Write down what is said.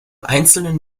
einzelnen